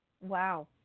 Wow